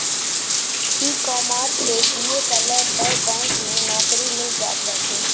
ecommerce से BA करला पअ बैंक में नोकरी मिल जात बाटे